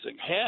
half